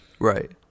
Right